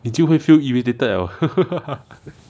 你就会 feel irritated liao